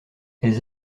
elles